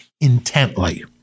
intently